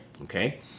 okay